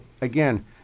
again